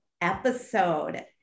episode